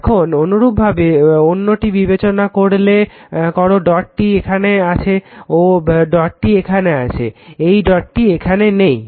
এখন অনুরূপভাবে অন্যটি বিবেচনা করলে মনে করো ডটটি এখানে আছে ও ডটটি এখানে আছে এই ডটটি এখানে নেই